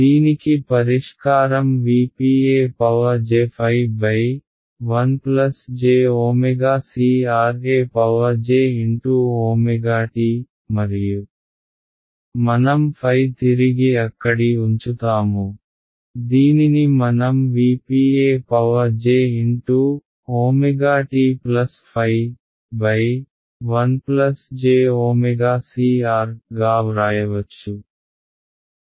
దీనికి పరిష్కారం V p e j ϕ 1 j ω CR ej ωt మరియు మనం ϕ తిరిగి అక్కడి ఉంచుతాము దీనిని మనం V p e j ω t ϕ 1 j w C R గా వ్రాయవచ్చు